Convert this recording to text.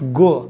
go